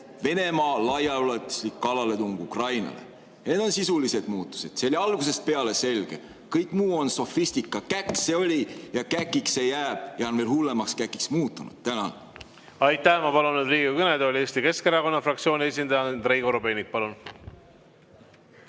"Venemaa laiaulatuslik kallaletung Ukrainale". Need on sisulised muudatused. See oli algusest peale selge, kõik muu on sofistika. Käkk see oli ja käkiks see jääb ning on veel hullemaks käkiks muutunud. Tänan! Ma palun nüüd Riigikogu kõnetooli Eesti Keskerakonna fraktsiooni esindaja Andrei Korobeiniku.